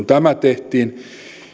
tämä tehtiin